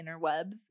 interwebs